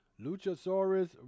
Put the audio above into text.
luchasaurus